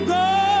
go